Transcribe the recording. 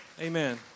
Amen